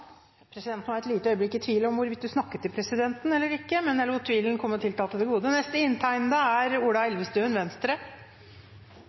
et lite øyeblikk i tvil om representanten snakket til presidenten eller ikke, men jeg lot tvilen komme representanten til gode. Jeg skal være kort. Det